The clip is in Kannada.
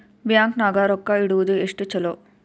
ಬ್ಯಾಂಕ್ ನಾಗ ರೊಕ್ಕ ಇಡುವುದು ಎಷ್ಟು ಚಲೋ?